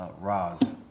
Roz